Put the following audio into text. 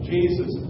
Jesus